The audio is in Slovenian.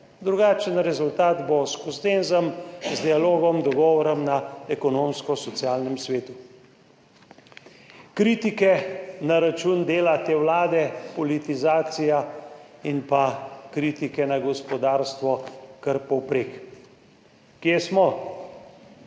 Drugačen rezultat bo s konsenzom, z dialogom, dogovorom na Ekonomsko-socialnem svetu. Kritike na račun dela te vlade, politizacija in kritike na gospodarstvo kar povprek. Kje smo?